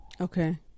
Okay